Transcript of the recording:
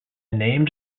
names